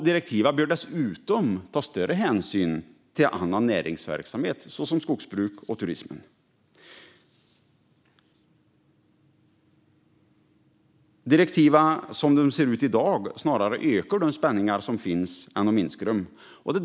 Direktiven bör dessutom ta större hänsyn till annan näringsverksamhet såsom skogsbruk och turism. Som direktiven ser ut i dag ökar de snarare än minskar de spänningar som finns.